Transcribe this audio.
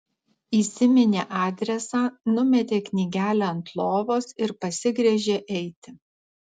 įsiminė adresą numetė knygelę ant lovos ir pasigręžė eiti